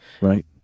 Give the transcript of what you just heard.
right